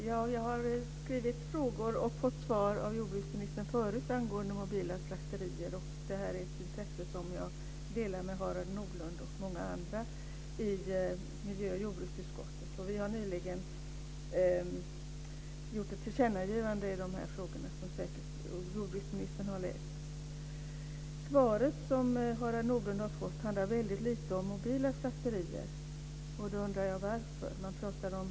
Fru talman! Jag tidigare lämnat in skriftliga frågor till jordbruksministern angående mobila slakterier och fått dem besvarade. Intresset för sådana slakterier delar jag med Harald Nordlund och många andra i miljö och jordbruksutskottet. Vi har nyligen i dessa frågor gjort ett tillkännagivande, som jordbruksministern säkert har läst. Det svar som Harald Nordlund har fått handlar väldigt lite om mobila slakterier, och jag undrar vad som är anledningen till det.